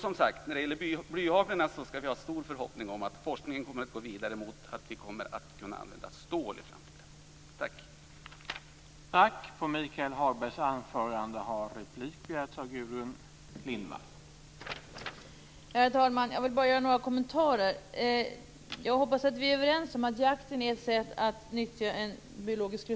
Vi kan alltså ha stor förhoppning om att forskningen går vidare så att vi kommer att kunna använda stål i stället för bly i framtiden.